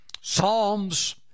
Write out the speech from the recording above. psalms